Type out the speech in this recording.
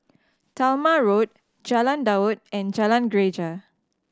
Talma Road Jalan Daud and Jalan Greja